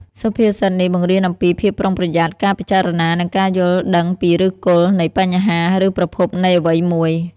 សុភាសិតនេះបង្រៀនអំពីភាពប្រុងប្រយ័ត្ន ការពិចារណា និងការយល់ដឹងពីឫសគល់នៃបញ្ហា ឬប្រភពនៃអ្វីមួយ។